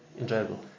enjoyable